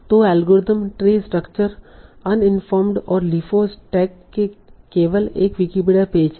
तो algorithm tree structure uninformed और LIFO stack के केवल एक विकिपीडिया पेज है